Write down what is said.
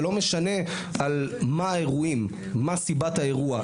זה לא משנה מה האירועים, מה סיבת האירוע.